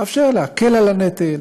מאפשר להקל את הנטל,